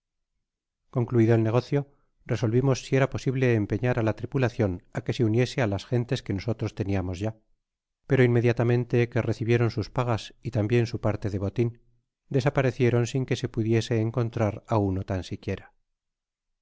concluido el negocio resolvimos si era posible empeñar á la tripulacion á que se uniese á las gentes que nosotros teniamos ya pero inmediatamente que recibieron sus pagas y tambien su parte de botin desaparecieron sin que se pudiese encontrar á uno tan siquiera